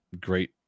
great